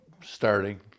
starting